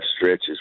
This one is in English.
stretches